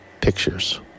pictures